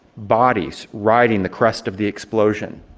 bodies riding the crest of the explosion.